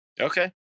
Okay